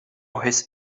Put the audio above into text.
his